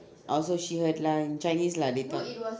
oh so she heard lah in chinese lah they talk